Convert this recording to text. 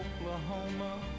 Oklahoma